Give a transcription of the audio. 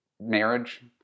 Marriage